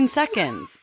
seconds